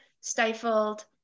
stifled